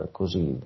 così